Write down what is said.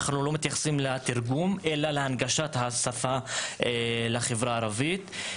אנחנו לא מתייחסים לתרגום אלא להנגשת השפה לחברה הערבית.